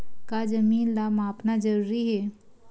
का जमीन ला मापना जरूरी हे?